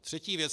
Třetí věc.